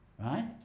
right